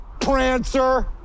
prancer